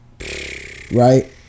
Right